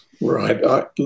Right